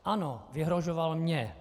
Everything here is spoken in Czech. Ano, vyhrožoval mně.